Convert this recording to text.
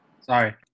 Sorry